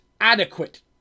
adequate